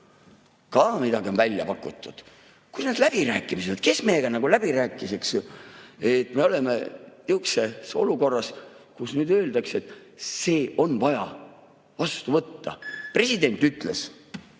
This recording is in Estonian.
Ka midagi on välja pakutud. Kus need läbirääkimised on? Kes meiega läbi rääkis, eks ju? Me oleme nihukeses olukorras, kus meile öeldakse, et see on vaja vastu võtta. President ütles: